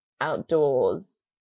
outdoors